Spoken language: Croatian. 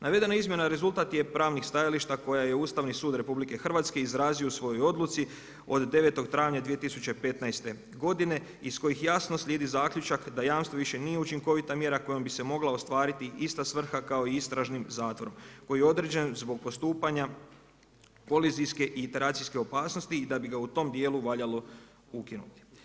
Navedena izmjena rezultat je pravnih stajališta koja je Ustavni sud RH izrazio u svojoj odluci od 9. travnja 2015. godine iz kojih jasno slijedi zaključak da jamstvo više nije učinkovita mjera kojom bi se mogla ostvariti ista svrha kao i istražnim zatvorom koji je određen zbog postupanja kolizijske i iteracijske opasnosti i da bi ga u tom dijelu valjalo ukinuti.